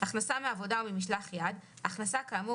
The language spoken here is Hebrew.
""הכנסה מעבודה או ממשלח יד" הכנסה כאמור